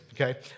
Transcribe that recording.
okay